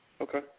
Okay